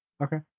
Okay